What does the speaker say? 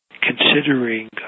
considering